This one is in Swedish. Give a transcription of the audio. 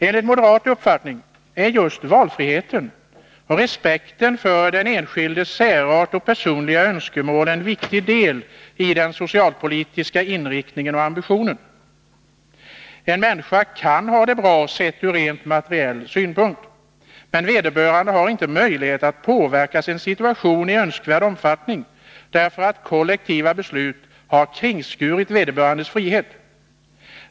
Enligt moderat uppfattning är just valfriheten och respekten för den enskildes särart och personliga önskemål en viktig del i den socialpolitiska inriktningen och ambitionen. En människa kan ha det bra, sett ur rent materiell synpunkt, men sakna möjlighet att påverka sin situation i önskvärd omfattning, därför att kollektiva beslut har kringskurit vederbörandes frihet.